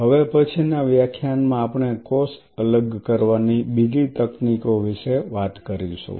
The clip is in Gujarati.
હવે પછીના વ્યાખ્યાન માં આપણે કોષ અલગ કરવાની બીજી તકનીકો વિશે વાત કરીશું